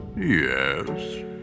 Yes